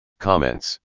Comments